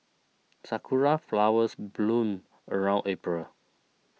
sakura flowers bloom around April